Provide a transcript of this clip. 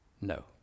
No